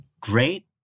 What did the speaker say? great